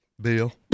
Bill